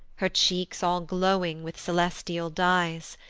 her cheeks all glowing with celestial dies,